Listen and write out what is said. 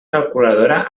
calculadora